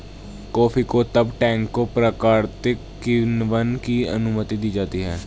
coffee को तब टैंकों प्राकृतिक किण्वन की अनुमति दी जाती है